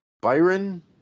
Byron